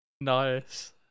Nice